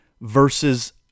versus